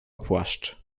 płaszcz